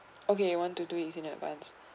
okay we want to do it in advance